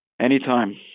Anytime